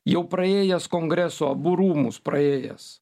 jau praėjęs kongreso abu rūmus praėjęs